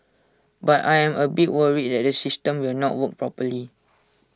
but I am A bit worried that the system will not work properly